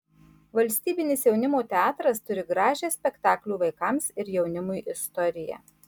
valstybinis jaunimo teatras turi gražią spektaklių vaikams ir jaunimui istoriją